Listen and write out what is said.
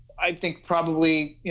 i think probably,